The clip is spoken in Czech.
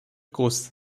kus